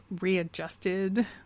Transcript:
readjusted